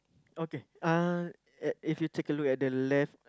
okay uh at if you take at the left